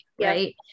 Right